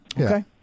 Okay